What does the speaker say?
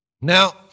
Now